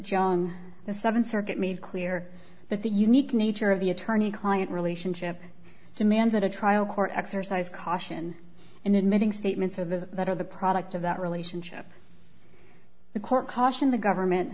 john the seventh circuit made clear that the unique nature of the attorney client relationship demands that a trial court exercise caution in admitting statements or the letter the product of that relationship the court cautioned the government